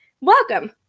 welcome